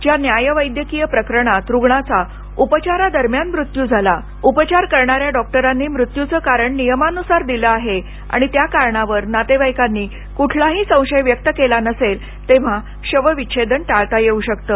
ज्या न्यायवैद्यकीय प्रकरणात रुग्णाचा उपचारादरम्यान मृत्यू झाला उपचार करणाऱ्या डॉक्टरांनी मृत्यूचं कारण नियमान्सार दिलं आहे आणि त्या कारणावर नातेवाईकांनी कुठलाही संशय व्यक्त केला नसेल तेव्हा शवविच्छेदन टाळता येऊ शकतं